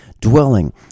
Dwelling